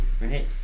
right